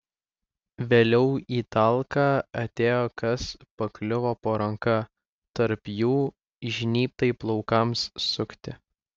vėliau į talką atėjo kas pakliuvo po ranka tarp jų žnybtai plaukams sukti